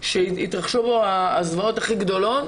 שיתרחשו בו הזוועות הכי גדולות.